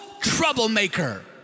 troublemaker